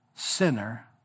sinner